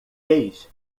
fez